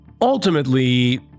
Ultimately